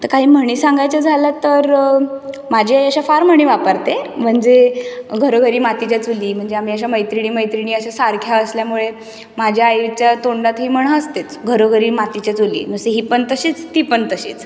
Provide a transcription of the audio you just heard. तर काही म्हणी सांगायच्या झाल्यात तर माझी आई अशा फार म्हणी वापरते म्हणजे घरोघरी मातीच्या चुली म्हणजे आम्ही अशा मैत्रिणी मैत्रिणी अशा सारख्या असल्यामुळे माझ्या आईच्या तोंडात ही म्हण असतेच घरोघरी मातीच्या चुली जशी ही पण तशीच ती पण तशीच